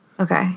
Okay